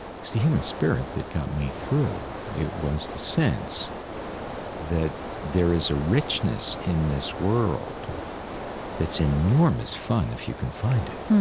it's the human spirit that got me through. it was the sense that there is a richness in this world that's enormous fun if you can find it,